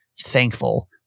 thankful